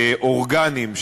אורגנים,